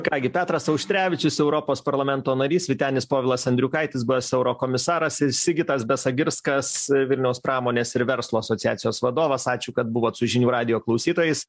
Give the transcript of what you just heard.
ką gi petras auštrevičius europos parlamento narys vytenis povilas andriukaitis buvęs eurokomisaras ir sigitas besagirskas vilniaus pramonės ir verslo asociacijos vadovas ačiū kad buvot su žinių radijo klausytojais